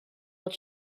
will